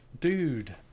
dude